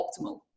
optimal